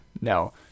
No